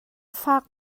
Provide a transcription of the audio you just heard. faak